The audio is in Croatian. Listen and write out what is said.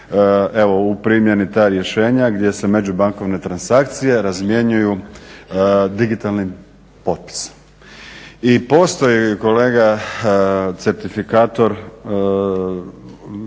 evo u primjeni ta rješenja gdje se međubankovne transakcije razmjenjuju digitalnim potpisom. I postoji kolega certifikator